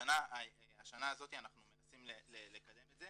השנה הזאת אנחנו מנסים לקדם את זה